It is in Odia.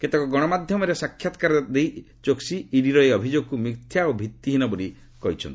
କେତେକ ଗଣମାଧ୍ୟମର ସାକ୍ଷାତକାରରେ ଚୋକ୍ସି ଇଡି ର ଏହି ଅଭିଯୋଗକୁ ମିଥ୍ୟା ଓ ଭିତ୍ତିହୀନ ବୋଲି କହିଛନ୍ତି